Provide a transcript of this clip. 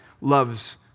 loves